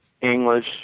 English